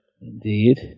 Indeed